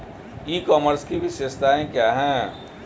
ई commerce की विशेषताएं क्या हैं?